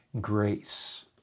grace